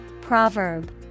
Proverb